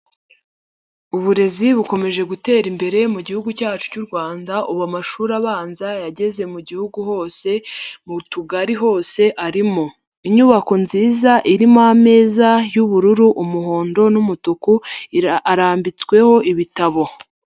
Uburezi bukomeje gutera imbere mu gihugu cyacu cy'u Rwanda, ubu amashuri abanza yageze mu gihugu hose, mu tugari hose arimo, inyubako nziza irimo ameza y'ubururu, umuhondo n'umutuku arambitsweho ibitabo.